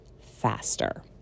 faster